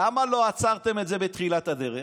למה לא עצרתם את זה בתחילת הדרך?